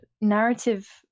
narrative